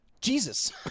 Jesus